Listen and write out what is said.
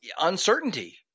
uncertainty